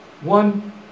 one